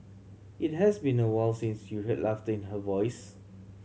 it has been awhile since you heard laughter in her voice